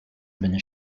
been